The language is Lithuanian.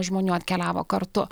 žmonių atkeliavo kartu